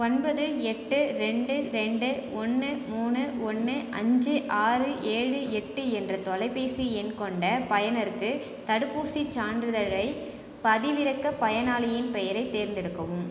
ஒன்பது எட்டு ரெண்டு ரெண்டு ஒன்று மூணு ஒன்று அஞ்சு ஆறு ஏழு எட்டு என்ற தொலைபேசி எண் கொண்ட பயனருக்கு தடுப்பூசிச் சான்றிதழைப் பதிவிறக்க பயனாளியின் பெயரைத் தேர்ந்தெடுக்கவும்